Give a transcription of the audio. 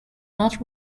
not